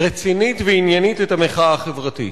רצינית ועניינית את המחאה החברתית,